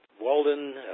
Walden